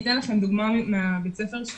אתן לכם דוגמה מבית הספר שלי.